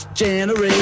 generation